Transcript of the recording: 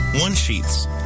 one-sheets